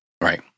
Right